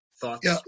Thoughts